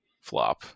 flop